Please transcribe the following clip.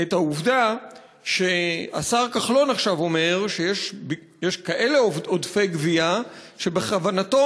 את העובדה שהשר כחלון עכשיו אומר שיש כאלה עודפי גבייה שבכוונתו